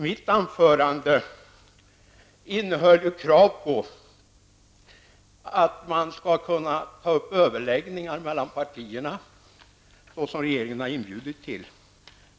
Mitt anförande innehöll krav på att det skall kunna tas upp överläggningar mellan partierna, något som också regeringen har inbjudit till.